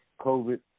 COVID